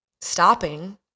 stopping